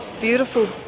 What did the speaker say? beautiful